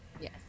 Yes